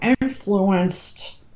influenced